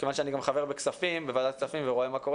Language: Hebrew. כיוון שאני גם חבר בוועדת כספים ורואה מה קורה